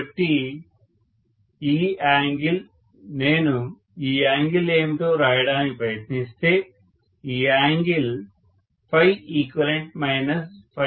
కాబట్టి ఈ యాంగిల్ నేను ఈ యాంగిల్ ఏమిటో వ్రాయడానికి ప్రయత్నిస్తే ఈ యాంగిల్ eq L గా ఉంటుంది